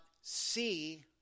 see